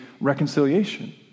reconciliation